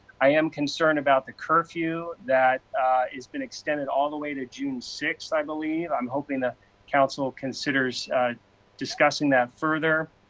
i am concerned about the curfew that is been extended all the way to june sixth, i believe. i am hoping the council considers discussing that further.